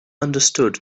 understood